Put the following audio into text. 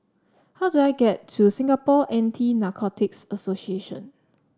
how do I get to Singapore Anti Narcotics Association